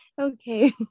okay